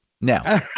now